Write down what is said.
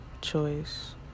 choice